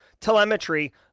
telemetry